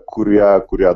kurie kurie